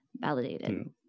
Validated